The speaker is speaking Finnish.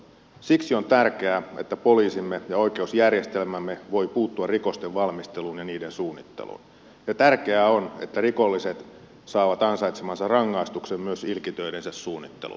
siksi on tärkeää että poliisimme ja oikeusjärjestelmämme voivat puuttua rikosten valmisteluun ja niiden suunnitteluun ja tärkeää on että rikolliset saavat ansaitsemansa rangaistuksen myös ilkitöidensä suunnittelusta